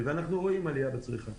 ואנחנו רואים עלייה בצריכה.